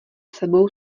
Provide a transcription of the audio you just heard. sebou